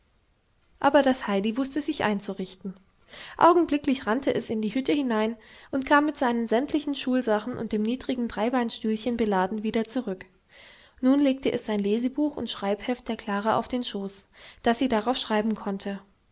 aber das heidi wußte sich einzurichten augenblicklich rannte es in die hütte hinein und kam mit seinen sämtlichen schulsachen und dem niedrigen dreibeinstühlchen beladen wieder zurück nun legte es sein lesebuch und schreibheft der klara auf den schoß daß sie darauf schreiben konnte